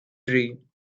dream